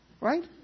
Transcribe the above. Right